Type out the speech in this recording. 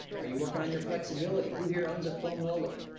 are you working on your flexibility? who here owns a foam roller?